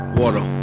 water